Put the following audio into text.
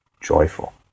joyful